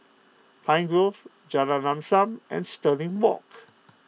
Pine Grove Jalan Lam Sam and Stirling Walk